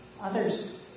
Others